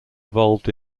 evolved